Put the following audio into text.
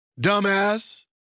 dumbass